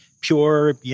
pure